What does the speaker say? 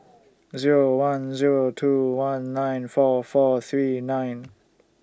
Zero one Zero two one nine four four three nine